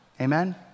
Amen